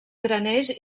graners